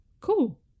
Cool